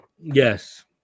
Yes